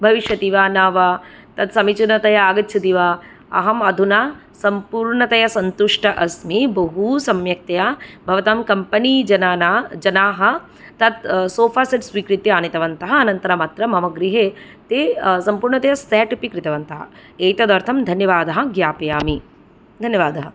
भविष्यति वा न वा तत् समीचीनतया आगच्छति वा अहम् अधुना सम्पूर्णतया सन्तुष्टा अस्मि बहू सम्यक्तया भवतां कम्पनी जनाना जनाः तत् सोफा सेट् स्वीकृत्य आनीतवन्तः अनन्तरम् अत्र मम गृहे ते सम्पूर्णतया सेट् अपि कृतवन्तः एतदर्थं धन्यवादाः ज्ञापयामि धन्यवादः